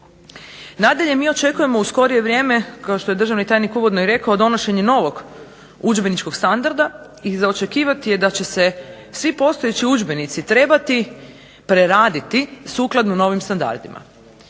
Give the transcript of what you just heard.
Nadalje mi očekujemo u skorije vrijeme kao što je državni tajnik uvodno rekao donošenje novog udžbeničkog standarda i za očekivati je da će se svi postojeći udžbenici trebati preraditi sukladno novim standardima.